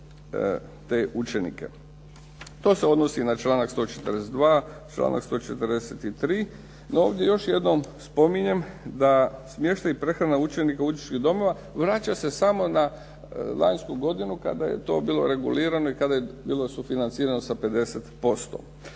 To se odnosi na članak 142., članak 143., no ovdje još jednom spominjem da smještaj i prehrana učenika učeničkih domova vraća se samo na lanjsku godinu kada je to bilo regulirano i kada je bilo sufinancirano sa 50%.